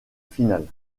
finales